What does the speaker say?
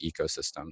ecosystem